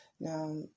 Now